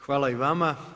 Hvala i vama.